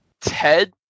Ted